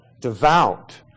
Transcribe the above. devout